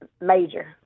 major